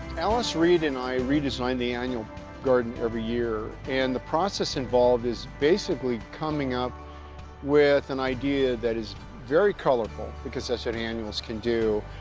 alice reed and i redesign the annual garden every year, and the process involved is basically coming up with an idea that is very colorful, because that's what ah ah annuals can do,